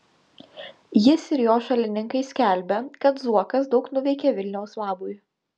jis ir jo šalininkai skelbia kad zuokas daug nuveikė vilniaus labui